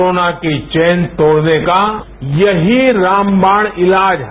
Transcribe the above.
corona की chain तोड़ने का यहीरामबाण इलाज है